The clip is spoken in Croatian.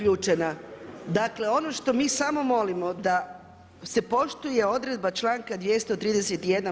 Dakle ono što mi samo molimo da se poštuje odredba članka 231.